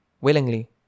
willingly